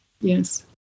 Yes